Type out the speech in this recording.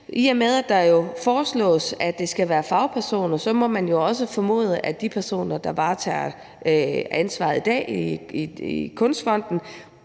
Det foreslås, at det skal være fagpersoner, men de personer, der varetager ansvaret i dag i Kunstfonden,